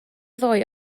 ddoe